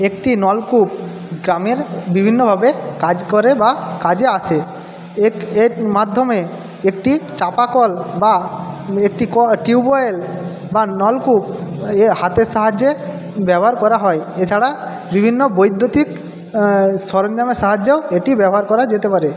একটি নলকূপ গ্রামের বিভিন্নভাবে কাজ করে বা কাজে আসে এর এর মাধ্যমে একটি চাপা কল বা একটি ক টিউবওয়েল বা নলকূপ এ হাতের সাহায্যে ব্যবহার করা হয় এছাড়া বিভিন্ন বৈদ্যুতিক সরঞ্জামের সাহায্যেও এটি ব্যবহার করা যেতে পারে